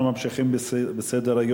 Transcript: אנחנו ממשיכים בסדר-היום,